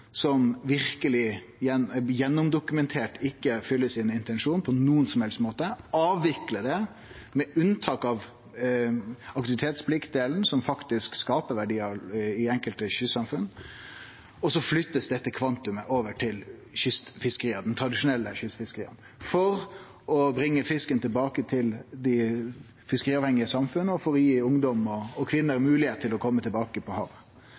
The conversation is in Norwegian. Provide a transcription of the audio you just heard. som det verkeleg er gjennomdokumentert ikkje fyller sin intensjon på nokon som helst måte. Vi vil avvikle det med unntak av aktivitetspliktdelen, som faktisk skaper verdiar i enkelte kystsamfunn, og flytte dette kvantumet over til dei tradisjonelle kystfiskeria for å bringe fisken tilbake til dei fiskeriavhengige samfunna og gi ungdom og kvinner moglegheit til å komme tilbake på havet.